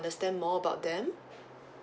understand more about them